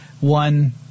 one